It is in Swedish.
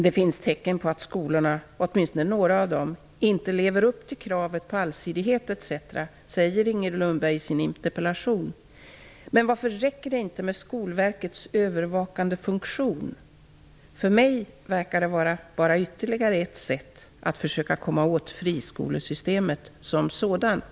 Det finns tecken på att åtminstone några av skolorna inte lever upp till kravet på allsidighet etc., säger Inger Lundberg i sin interpellation. Men varför räcker det inte med Skolverkets övervakande funktion? För mig verkar det vara ytterligare ett sätt att försöka komma åt friskolesystemet som sådant.